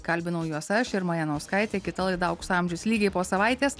kalbinau juos aš irma janauskaitė kita laida aukso amžius lygiai po savaitės